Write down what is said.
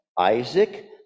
Isaac